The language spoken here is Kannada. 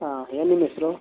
ಹಾಂ ಏನು ನಿಮ್ಮ ಹೆಸ್ರು